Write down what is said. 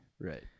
Right